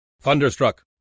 Thunderstruck